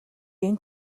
энэ